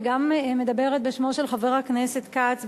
וגם מדברת בשמו של חבר הכנסת כץ,